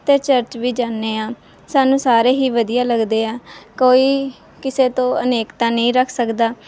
ਅਤੇ ਵੀ ਜਾਂਦੇ ਹਾਂ ਸਾਨੂੰ ਸਾਰੇ ਹੀ ਵਧੀਆ ਲੱਗਦੇ ਆ ਕੋਈ ਕਿਸੇ ਤੋਂ ਅਨੇਕਤਾ ਨਹੀਂ ਰੱਖ ਸਕਦਾ